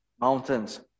mountains